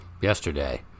yesterday